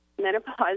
menopause